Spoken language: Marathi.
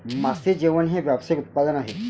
मासे जेवण हे व्यावसायिक उत्पादन आहे